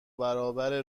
برابر